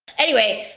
anyway,